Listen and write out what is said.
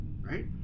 Right